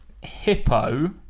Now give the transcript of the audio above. Hippo